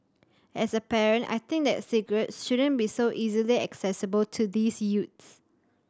as a parent I think that cigarettes shouldn't be so easily accessible to these youths